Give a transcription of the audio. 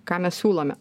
ką mes siūlome